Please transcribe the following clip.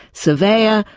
surveyor,